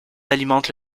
alimente